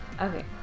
Okay